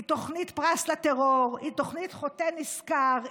היא תוכנית פרס לטרור, היא תוכנית חוטא נשכר.